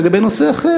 לגבי נושא אחר,